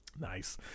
Nice